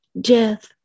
death